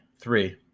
three